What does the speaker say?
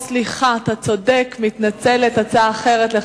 הצעה אחרת.